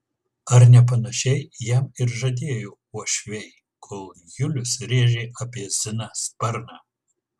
ar ne panašiai jam ir žadėjo uošviai kol julius rėžė apie ziną sparną